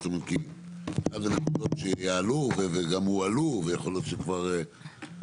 אחד הנושאים שיעלו וגם הועלו זה הנושא,